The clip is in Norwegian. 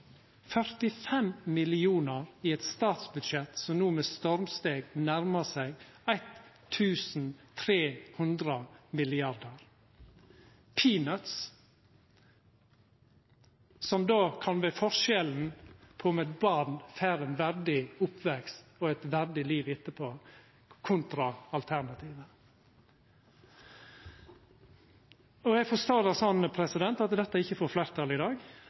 45 mill. kr i eit statsbudsjett som no med stormsteg nærmar seg 1 300 mrd. kr. «Peanuts», som kan utgjera forskjellen på om eit barn får ein verdig oppvekst og eit verdig liv etterpå, kontra alternativet. Eg forstår det slik at dette ikkje får fleirtal i dag.